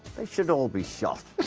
they should all be shot.